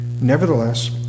nevertheless